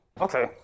okay